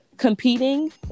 Competing